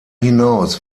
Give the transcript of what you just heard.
hinaus